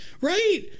Right